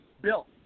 Bill